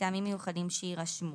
מטעמים מיוחדים שיירשמו.